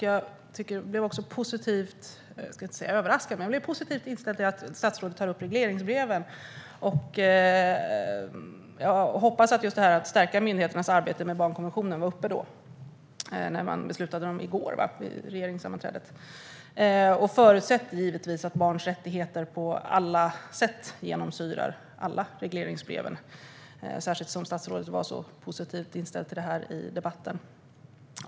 Jag är positivt inställd till att statsrådet tog upp regleringsbreven och hoppas att frågan om att stärka myndigheternas arbete med barnkonventionen togs upp när man fattade beslut om regleringsbreven i går på regeringssammanträdet. Jag förutsätter givetvis att barns rättigheter genomsyrar alla regleringsbrev, särskilt som statsrådet var så positivt inställd till det i debatten.